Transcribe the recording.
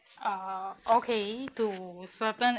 uh okay to certain